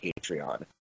Patreon